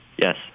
Yes